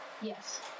Yes